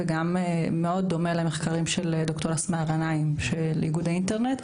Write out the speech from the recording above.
שהוא גם מאוד דומה למחקרים של ד"ר אסמאא גנאים של איגוד האינטרנט,